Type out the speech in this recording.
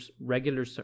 regular